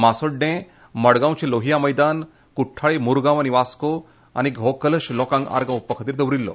मासोड्डें मडगांवर्च लोहिया मनैदान कुठ्ठाळी मुरगांव आनी वास्को हो कलश लोकांक आर्गां ओंपपा खातीर दवरील्लो